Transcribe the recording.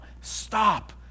stop